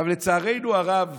לצערנו הרב,